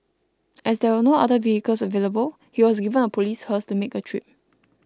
as there were no other vehicles available he was given a police hearse to make the trip